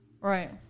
Right